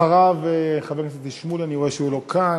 אחריו, חבר הכנסת שמולי, אני רואה שהוא לא כאן.